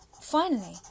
Finally